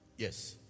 Yes